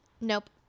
Nope